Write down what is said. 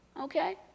okay